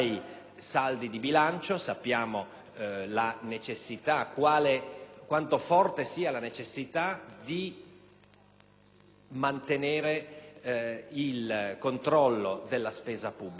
mantenere il controllo della spesa pubblica in una situazione di crisi internazionale, dove la nostra credibilità deriva,